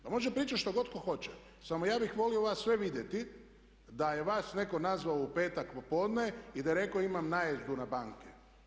Pa može pričat što god tko hoće, samo ja bih volio vas sve vidjeti da je vas netko nazvao u petak popodne i da je rekao imam najezdu na banke.